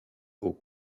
aux